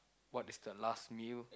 what is the last meal